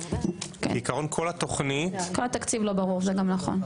כל התקציב לא ברור, זה גם נכון.